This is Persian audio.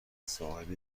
صاحب